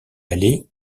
allait